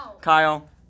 Kyle